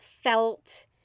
felt